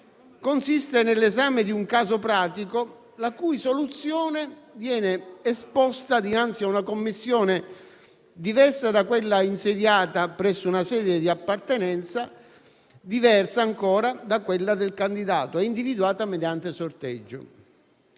consiste nell'esame di un caso pratico, la cui soluzione viene esposta dinanzi a una commissione diversa da quella insediata presso una sede di appartenenza - che a sua volta è diversa da quella del candidato - e individuata mediante sorteggio.